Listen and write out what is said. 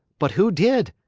but who did,